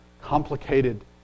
complicated